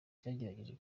cyagerageje